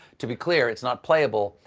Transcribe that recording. to be clear, it's not playable.